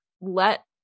let